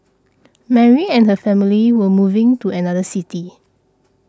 Mary and her family were moving to another city